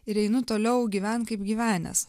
ir einu toliau gyvent kaip gyvenęs